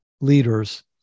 leaders